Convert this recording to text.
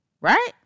right